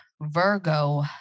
Virgo